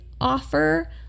offer